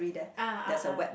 ah ah ah